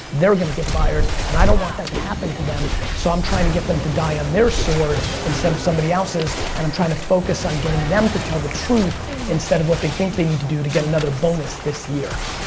they're going to get fired and i don't want that to happen to them. so i'm trying to get them to die on their sword instead of somebody else's. and i'm trying to focus on getting them to tell the truth instead of what they think they need to do to get another bonus this year.